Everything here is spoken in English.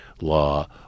law